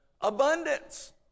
Abundance